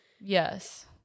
Yes